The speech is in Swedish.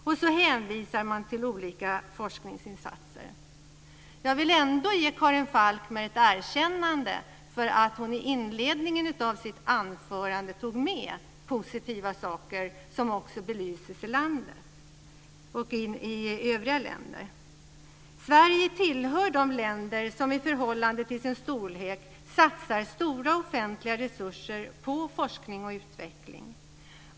Sedan hänvisar man till olika forskningsinsatser. Jag vill ändå ge Karin Falkmer ett erkännande för att hon i inledningen av sitt anförande tog med positiva saker som också belyses i landet och i övriga länder. Sverige tillhör de länder som i förhållande till sin storlek satsar stora offentliga resurser på forskning och utveckling.